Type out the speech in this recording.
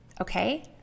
okay